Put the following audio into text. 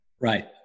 Right